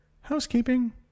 housekeeping